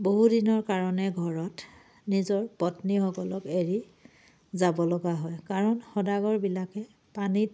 বহুদিনৰ কাৰণে ঘৰত নিজৰ পত্নীসকলক এৰি যাব লগা হয় কাৰণ সদাগৰবিলাকে পানীত